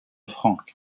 frank